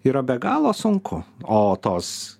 yra be galo sunku o tos